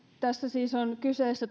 tässä siis on kyseessä